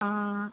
ஆ